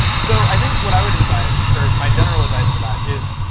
so i think what i would advise, or my general advice for that is,